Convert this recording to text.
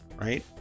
right